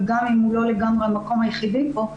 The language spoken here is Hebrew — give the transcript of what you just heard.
וגם אם הוא לא לגמרי המקום היחידי כאן,